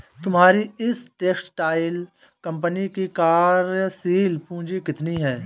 तुम्हारी इस textile company की कार्यशील पूंजी कितनी है?